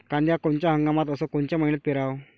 कांद्या कोनच्या हंगामात अस कोनच्या मईन्यात पेरावं?